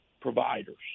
providers